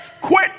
Quit